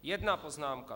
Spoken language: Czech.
Jedna poznámka.